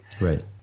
right